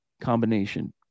combination